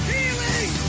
Healing